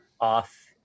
off